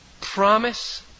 promise